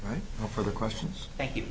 right now for the questions thank you